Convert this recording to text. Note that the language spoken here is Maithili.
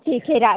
ठीक छै राखु